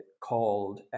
called